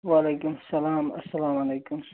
وَعلیکُم السَلام اَلسَلام علیکُم